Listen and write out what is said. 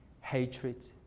hatred